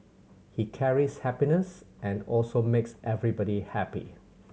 he carries happiness and also makes everybody happy